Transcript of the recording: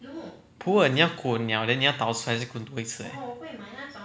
普洱你要滚了 then 你要倒出来再滚多一次 eh